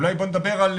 בואו נדבר על